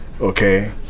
Okay